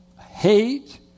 hate